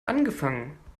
angefangen